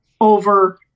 over